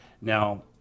Now